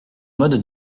modes